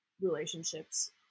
relationships